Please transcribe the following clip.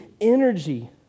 energy